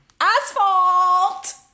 Asphalt